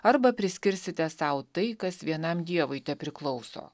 arba priskirsite sau tai kas vienam dievui tepriklauso